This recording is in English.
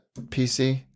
PC